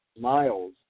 Miles